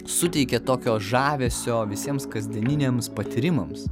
suteikia tokio žavesio visiems kasdieniniams patyrimams